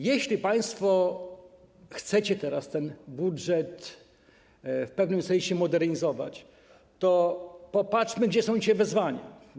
Jeśli państwo chcecie teraz ten budżet w pewnym sensie modernizować, to popatrzmy, gdzie są dzisiaj wyzwania.